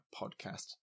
Podcast